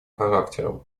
характером